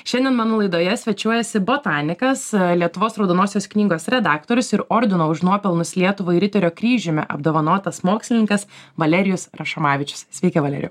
šiandien mano laidoje svečiuojasi botanikas lietuvos raudonosios knygos redaktorius ir ordino už nuopelnus lietuvai riterio kryžiumi apdovanotas mokslininkas valerijus rašomavičius sveiki valerijau